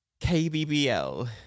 KBBL